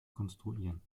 konstruieren